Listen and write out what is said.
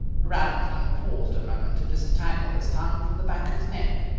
ramsden paused a moment to disentangle his tongue from the back of his neck.